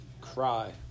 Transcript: cry